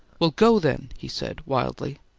well, go then, he said wildly.